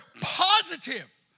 positive